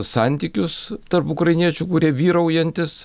santykius tarp ukrainiečių kurie vyraujantys